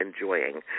enjoying